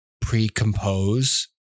pre-compose